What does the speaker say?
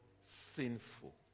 sinful